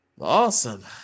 Awesome